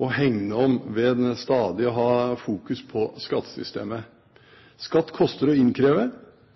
og hegne om ved stadig å ha fokus på skattesystemet. Skatt koster å innkreve,